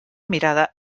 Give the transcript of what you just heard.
mirada